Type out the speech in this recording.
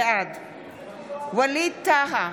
בעד ווליד טאהא,